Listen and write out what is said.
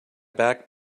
back